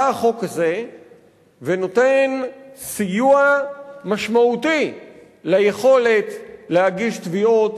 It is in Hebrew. בא החוק הזה ונותן סיוע משמעותי ליכולת להגיש תביעות